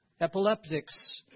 epileptics